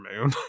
Moon